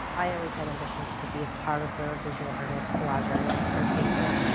i always had ambitions to be a photographer, visual artist, collage artist, or painter.